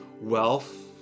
wealth